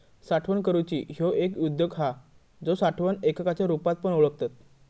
साठवण करूची ह्यो एक उद्योग हा जो साठवण एककाच्या रुपात पण ओळखतत